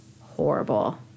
horrible